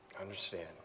understand